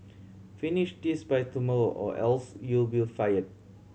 finish this by tomorrow or else you'll be fire